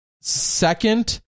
second